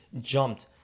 jumped